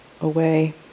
away